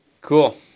Cool